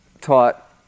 taught